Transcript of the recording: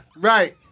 right